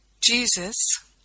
Jesus